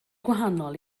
gwahanol